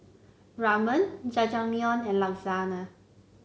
Ramen Jajangmyeon and Lasagne